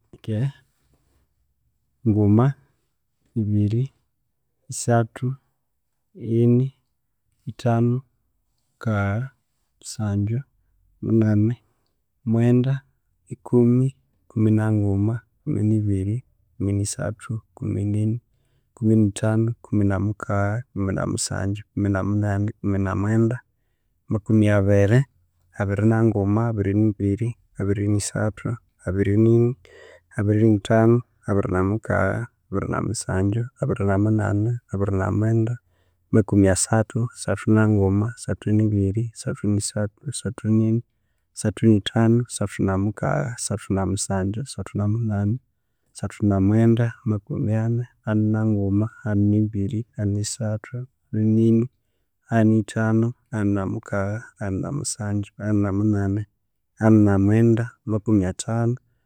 Nguma, ibiri, esathu, ini, ethanu, mukagha, musangyu, munani, mwenda, ikumi, kumi na nguma, kumi ni biri, kumi ni sathu, kumi nini, kumi ni thanu, kumi na mukagha, kumi na musangyu, kumi na munani, kumi na mwenda, makumi abiri, abiri na nguma, abiri ni biri, abiri ni sathu, abiri nini, abiri ni thanu, abiri na mukagha, abiri na musangyu, abiri na munani, abiri na mwenda, makumi asathu, asathu na nguma, asathu ni biri, asathu ni sathu, asathu nini, asathu ni thanu, asathu na mukagha, asathu ni thanu, asathu na mukagha, asathu na musangyu, asathu na munani, asathu na mwenda, makumi ani, ani na nguma, ani ni biri, ani ni sathu, ani nini, ani ni thanu, ani na mukagha, ani na musangyu, ani na munani, ani na mwenda, makuni athanu.